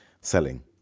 selling